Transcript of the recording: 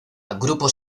grupo